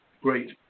Great